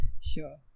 Sure